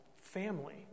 family